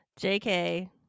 jk